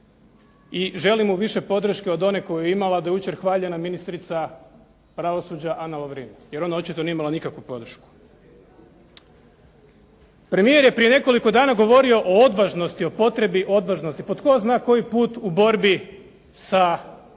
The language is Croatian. I želim mu više podrške od one koju je imala do jučer hvaljena ministrica pravosuđa, Ana Lovrin, jer ona očito nije imala nikakvu podršku. Premijer je prije nekoliko dana govorio o odvažnosti, o potrebi odvažnosti. Po tko zna koji put u borbi sa